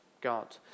God